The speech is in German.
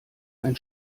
ein